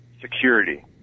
security